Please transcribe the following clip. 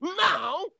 Now